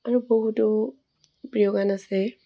আৰু বহুতো প্ৰিয় গান আছে